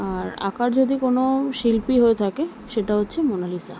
আর আঁকার যদি কোনও শিল্পী হয়ে থাকে সেটা হচ্ছে মোনালিসা